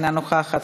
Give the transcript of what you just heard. אינה נוכחת,